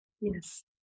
Yes